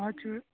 हजुर